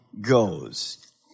goes